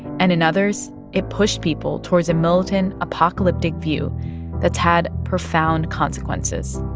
and in others, it pushed people towards a militant, apocalyptic view that's had profound consequences.